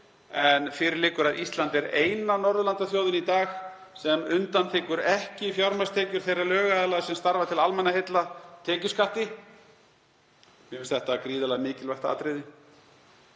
en fyrir liggur að Ísland er eina Norðurlandaþjóðin í dag sem undanþiggur ekki fjármagnstekjur þeirra lögaðila sem starfa til almannaheilla tekjuskatti. Mér finnst þetta gríðarlega mikilvægt atriði.